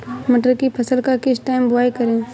मटर की फसल का किस टाइम बुवाई करें?